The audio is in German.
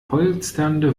polsternde